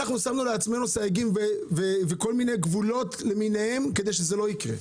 שמנו לעצמנו סייגים וגבולות כדי שזה לא יקרה.